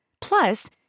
Plus